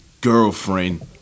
girlfriend